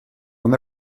non